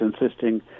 insisting